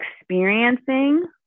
experiencing